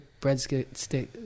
breadstick